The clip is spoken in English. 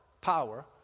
power